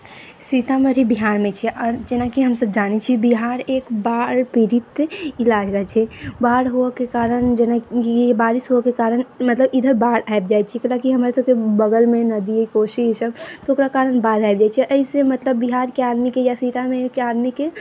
सीतामढ़ी बिहारमे छै आओर जेना कि हम सब जानै छी बिहार एक बाढ़ि पीड़ित इलाका छै बाढ़ि हुअके कारण जेना कि बारिश हुअके कारण मतलब इधर बाढ़ि आबि जाइ छै कैलाकि हमरा सबके बगलमे नदी अइ कोशी ई सब तऽ ओकरा कारण बाढ़ि आबि जाइ छै अइसँ मतलब बिहारके आदमीके या सीतामढ़ीके आदमीके